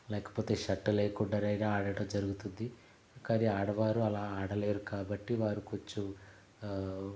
లేకపోతే షర్ట్ లేకుండా అయినా ఆడడం జరుగుతుంది కానీ ఆడవారు అలా ఆడలేరు కాబట్టి వారు కొంచెం